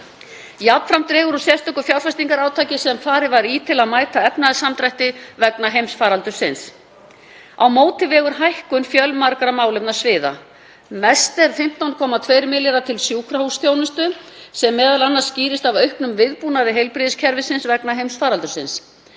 Jafnframt dregur úr sérstöku fjárfestingarátaki sem farið var í til að mæta efnahagssamdrætti vegna heimsfaraldursins. Á móti vegur hækkun fjölmargra málefnasviða. Mest er hún 15,2 milljarðar til sjúkrahúsþjónustu sem m.a. skýrist af auknum viðbúnaði heilbrigðiskerfisins vegna heimsfaraldursins.